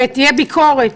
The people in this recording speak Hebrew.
תהיה ביקורת,